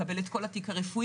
לקבל את כל התיק הרפואי,